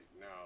now